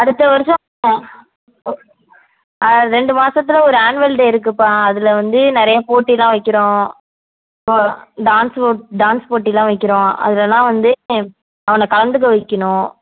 அடுத்த வருஷம் ரெண்டு மாதத்துல ஒரு ஆன்வல் டே இருக்குதுபா அதில் வந்து நிறைய போட்டியெலாம் வைக்கிறோம் டான்ஸ் போ டான்ஸ் போட்டியெலாம் வைக்கிறோம் அதலலாம் வந்து அவனை கலந்துக்க வைக்கிணும்